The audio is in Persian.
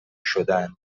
شدن